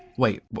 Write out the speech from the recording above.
wait,